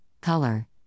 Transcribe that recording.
Color